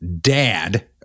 dad